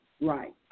Right